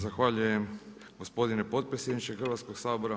Zahvaljujem gospodine potpredsjedniče Hrvatskog sabora.